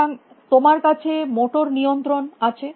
সুতরাং তোমার কাছে মোটর নিয়ন্ত্রণ আছে